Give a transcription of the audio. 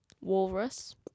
walrus